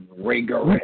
rigorous